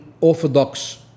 Orthodox